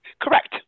Correct